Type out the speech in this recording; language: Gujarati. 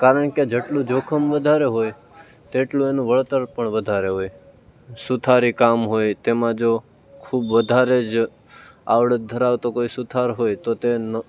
કારણકે જેટલું જોખમ વધારે હોય તેટલું એનું વળતર પણ વધારે હોય સુથારીકામ હોય તેમા જો ખૂબ વધારે જ આવડત ધરાવે તો કોઈ સુથાર હોય તો તેનો